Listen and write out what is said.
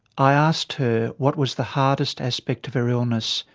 i asked her what was the hardest aspect of her illness.